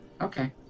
Okay